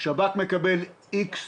שב"כ מקבל איקס